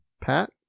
Pat